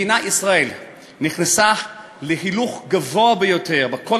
מדינת ישראל נכנסה להילוך גבוה ביותר בכל